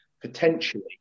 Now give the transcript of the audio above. potentially